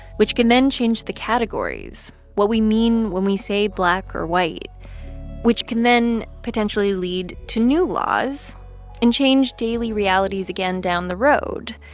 which can then change the categories what we mean when we say black or white which can then potentially lead to new laws and change daily realities again down the road.